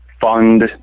fund